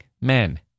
Men